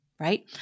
Right